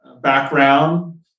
background